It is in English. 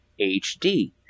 HD